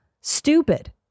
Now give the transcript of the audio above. stupid